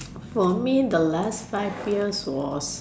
for me the last five years was